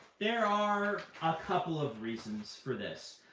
there are a couple of reasons for this.